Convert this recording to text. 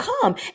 come